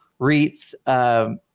REITs